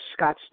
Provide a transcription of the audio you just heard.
Scottsdale